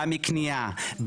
בא מקנייה,